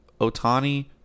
Otani